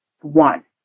one